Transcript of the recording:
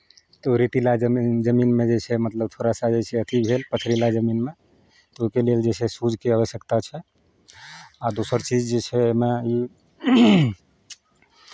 तऽ ओ रेतीला जमीन जमीनमे जे छै मतलब थोड़ा सा जे छै अथि भेल पथरीला जमीनमे ओहिके लेल जे छै शूजके आवश्यकता छै आ दोसर चीज जे छै ओहिमे ई